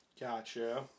Gotcha